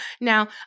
now